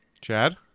Chad